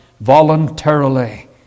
Voluntarily